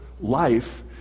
life